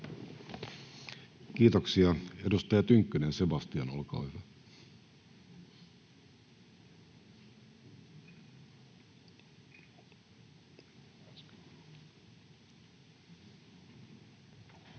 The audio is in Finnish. Kiitoksia. — Edustaja Tynkkynen, Sebastian, olkaa hyvä. Arvoisa